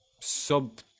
sub